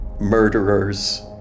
murderers